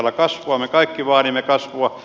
me kaikki vaadimme kasvua